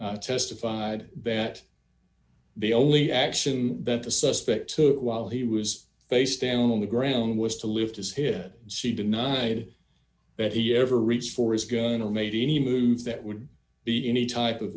room testified that the only action that the suspect took while he was face down on the ground was to lift his head see denied that he ever reached for his gun or made any move that would be any type of